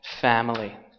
family